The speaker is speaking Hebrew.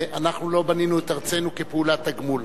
אנחנו לא בנינו את ארצנו כפעולת תגמול.